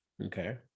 Okay